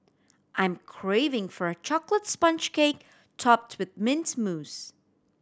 I'm craving for a chocolate sponge cake topped with mint mousse